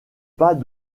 pas